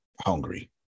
hungry